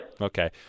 Okay